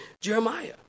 Jeremiah